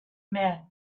men